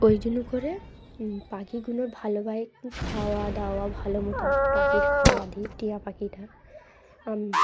ওই জন্য করে পাখিগুলো ভালোভাবে খাওয়া দাওয়া ভালো মতন পাখির খাওয়া দিই টিয়া পাখিটা